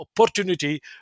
opportunity